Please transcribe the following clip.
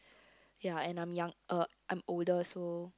ya and I'm young uh I'm older so